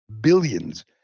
Billions